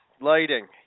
Lighting